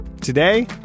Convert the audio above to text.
Today